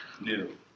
new